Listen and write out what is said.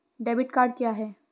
Debit card क्या है?